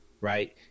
Right